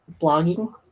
blogging